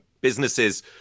businesses